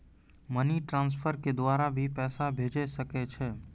Money transfer के द्वारा भी पैसा भेजै सकै छौ?